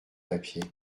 papiers